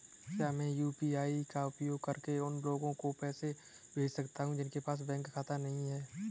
क्या मैं यू.पी.आई का उपयोग करके उन लोगों को पैसे भेज सकता हूँ जिनके पास बैंक खाता नहीं है?